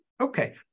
Okay